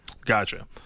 Gotcha